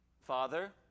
Father